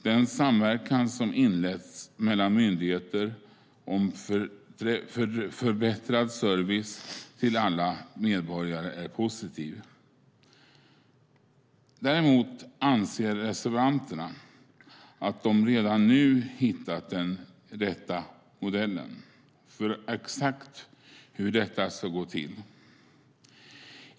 Den samverkan som inletts mellan myndigheter om förbättrad service till alla medborgare är positiv. Däremot anser reservanterna att de redan nu hittat den rätta modellen för exakt hur detta ska gå till.